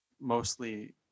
mostly